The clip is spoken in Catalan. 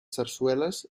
sarsueles